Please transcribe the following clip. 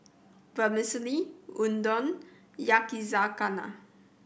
Vermicelli Udon Yakizakana